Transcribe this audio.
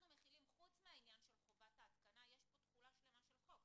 אנחנו מחילים חוץ מהעניין של חובת ההתקנה יש פה תחולה שלמה של חוק.